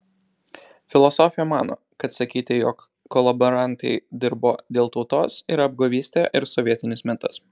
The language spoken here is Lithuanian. filosofė mano kad sakyti jog kolaborantai dirbo dėl tautos yra apgavystė ir sovietinis mitas